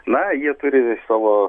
na jie turi savo